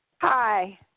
hi